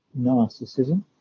Narcissism